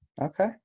okay